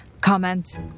comments